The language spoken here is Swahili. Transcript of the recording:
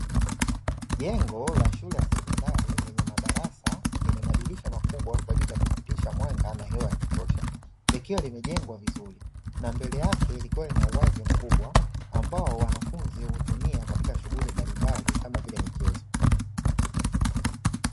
Jengo la shule ya sekondari, lenye madarasa yenye madirisha makubwa, kwa ajili ya kupitisha mwanga na hewa ya kutosha. Likiwa limejengwa vizuri na mbele yake kukiwa na uwazi mkubwa, ambao wanafunzi hutumia katika shughuli mbalimbali kamavile michezo.